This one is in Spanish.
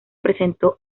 presentó